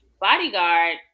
bodyguard